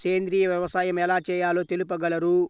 సేంద్రీయ వ్యవసాయం ఎలా చేయాలో తెలుపగలరు?